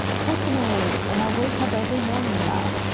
personally, when i wake up every morning now,